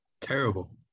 terrible